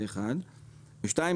שנית,